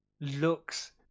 looks